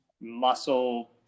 muscle